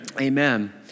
amen